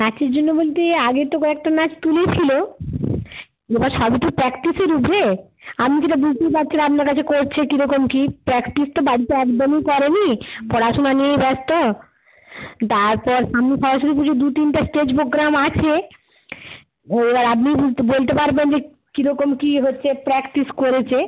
নাচের জন্য বলতে আগে তো কয়েকটা নাচ তুলেছিল এবার সবই তো প্র্যাক্টিসের উপরে আপনি যেটা বুঝতেই পারছেন আপনার কাছে করছে কীরকম কী প্র্যাক্টিস তো বাড়িতে একদমই করেনি পড়াশুনা নিয়েই ব্যস্ত তারপর সামনে সরস্বতী পুজো দু তিনটে স্টেজ প্রোগ্রাম আছে এবার আপনিই বলতে পারবেন যে কীরকম কী হচ্ছে প্র্যাক্টিস করেছে